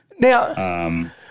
Now –